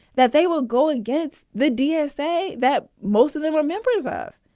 that they will go against the dsa that most of them were members of.